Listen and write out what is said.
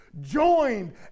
Joined